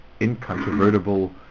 incontrovertible